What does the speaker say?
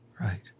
right